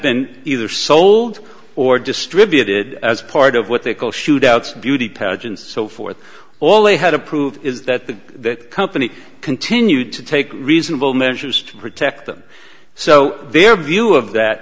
been either sold or distributed as part of what they call shootouts beauty pageants so forth all they had to prove is that the company continued to take reasonable measures to protect them so their view of that